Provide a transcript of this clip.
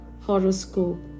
horoscope